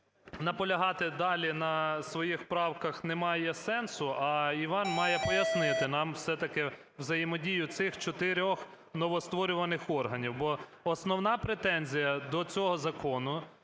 наполягати далі на своїх правках немає сенсу. А Іван має пояснити нам все-таки взаємодію цих чотирьох новостворюваних органів, бо основна претензія до цього закону